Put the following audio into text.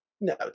No